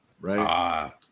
Right